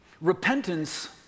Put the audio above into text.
Repentance